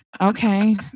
okay